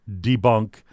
debunk